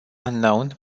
unknown